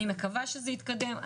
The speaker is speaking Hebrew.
אני מקווה שזה יתקדם.